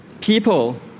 people